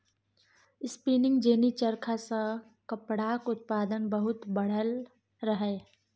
spinning jenny चरखा सँ कपड़ाक उत्पादन बहुत बढ़लै रहय